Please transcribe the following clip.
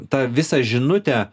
tą visą žinutę